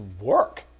work